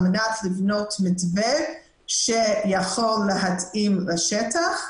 על מנת לבנות מתווה שיכול להתאים לשטח.